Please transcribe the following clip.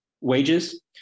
wages